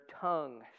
tongue